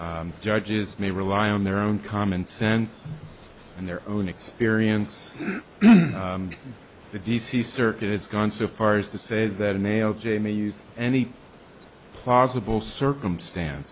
t judges may rely on their own commonsense and their own experience and the d c circuit has gone so far as to say that a nail jamie used any plausible circumstance